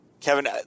Kevin